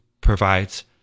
provides